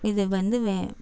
இது வந்து வே